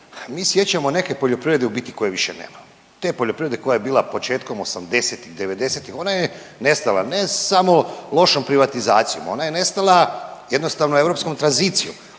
mi sjećamo neke poljoprivrede u biti koje više nema, te poljoprivrede koja je bila početkom '80.-tih i '90.-tih ona je nestala, ne samo lošom privatizacijom, ona je nestala jednostavno europskom tranzicijom,